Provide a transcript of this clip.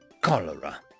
cholera